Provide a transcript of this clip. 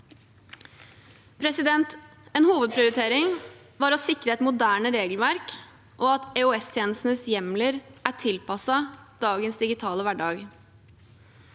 levert på. En hovedprioritering var å sikre et moderne regelverk og at EOS-tjenestenes hjemler er tilpasset dagens digitale hverdag.